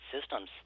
systems